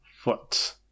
foot